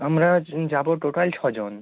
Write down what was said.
আমরা যাবো টোটাল ছজন